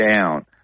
down